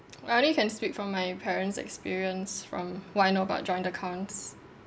I only can speak from my parents' experience from what I know about joint accounts